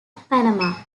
panama